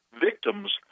victims